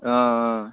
অঁ অঁ